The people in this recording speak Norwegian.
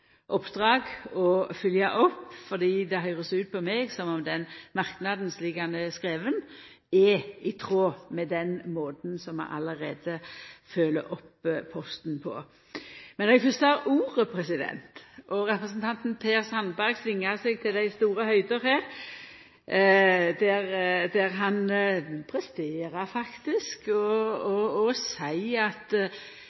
oppdrag å følgja opp, fordi det høyrest for meg ut som om den merknaden, slik han er skriven, er i tråd med den måten vi allereie følgjer opp Posten på. Men når eg fyrst har ordet: Representanten Sandberg svingar seg til dei store høgder, der han faktisk presterer